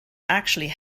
actually